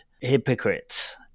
hypocrites